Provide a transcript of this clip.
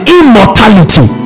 immortality